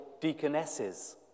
deaconesses